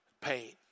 Pain